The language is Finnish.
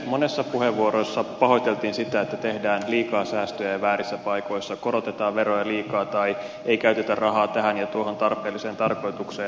monessa puheenvuorossa pahoiteltiin sitä että tehdään liikaa säästöjä ja väärissä paikoissa korotetaan veroja liikaa tai ei käytetä rahaa tähän ja tuohon tarpeelliseen tarkoitukseen